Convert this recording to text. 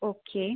okay